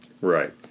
Right